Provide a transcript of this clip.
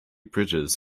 bridges